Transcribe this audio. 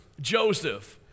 Joseph